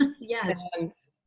Yes